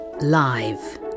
live